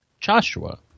Joshua